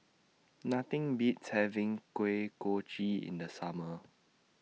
Nothing Beats having Kuih Kochi in The Summer